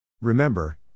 Remember